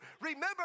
Remember